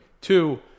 Two